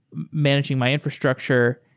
managing my infrastructure,